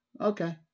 Okay